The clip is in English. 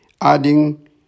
adding